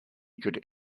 could